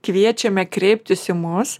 kviečiame kreiptis į mus